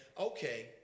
okay